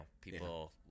people